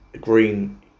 green